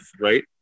Right